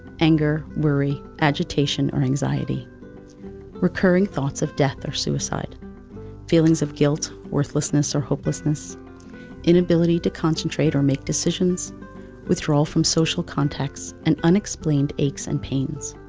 anger, worry, agitation or anxiety recurring thoughts of death or suicide feelings of guilt, worthlessness or hopelessness inability to concentrate or make decisions withdrawal from social contacts and unexplained aches and pains.